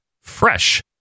fresh